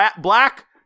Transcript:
black